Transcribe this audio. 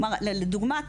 כלומר לדוגמא,